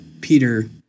peter